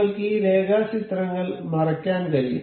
നിങ്ങൾക്ക് ആ രേഖാചിത്രങ്ങൾ മറയ്ക്കാൻ കഴിയും